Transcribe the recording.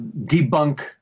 debunk